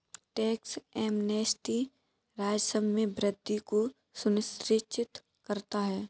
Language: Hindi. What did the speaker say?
टैक्स एमनेस्टी राजस्व में वृद्धि को सुनिश्चित करता है